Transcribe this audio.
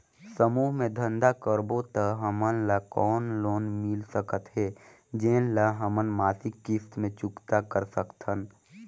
समूह मे धंधा करबो त हमन ल कौन लोन मिल सकत हे, जेन ल हमन मासिक किस्त मे चुकता कर सकथन?